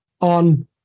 on